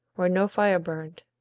where no fire burned.